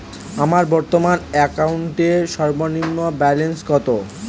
আমার বর্তমান অ্যাকাউন্টের সর্বনিম্ন ব্যালেন্স কত?